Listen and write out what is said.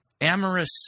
amorous